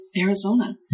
Arizona